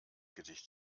gedicht